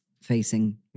facing